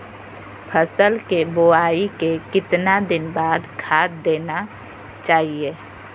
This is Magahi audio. फसल के बोआई के कितना दिन बाद खाद देना चाइए?